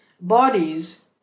bodies